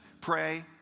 Pray